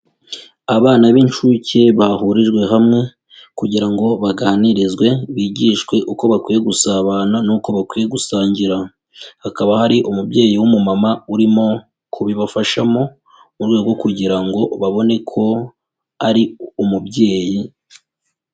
Abana b'incuke bahurijwe hamwe kugira ngo baganirizwe, bigishwe uko bakwiye gusabana n'uko bakwiye gusangira. Hakaba hari umubyeyi w'umumama urimo kubibafashamo, mu rwego kugira ngo babone ko ari umubyeyi.